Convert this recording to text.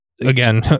again